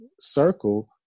circle